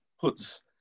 puts